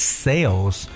sales